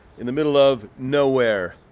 in the middle of nowhere.